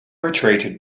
retreated